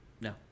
No